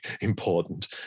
important